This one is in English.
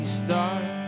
start